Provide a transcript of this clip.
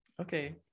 okay